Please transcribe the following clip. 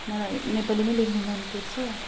मलाई नेपालीमै लेख्नु मन पर्छ